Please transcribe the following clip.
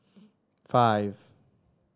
five